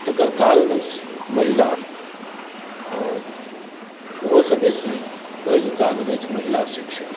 तकर कारण अछि महिला आओर ओहोसँ बेसी पैघ कारण अछि महिला शिक्षा